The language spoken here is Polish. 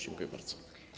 Dziękuję bardzo.